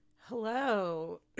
Hello